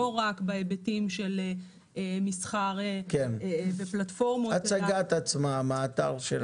לא רק בהיבטים של מסחר ופלטפורמות --- ההצגה מהאתר שלהם.